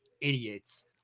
idiots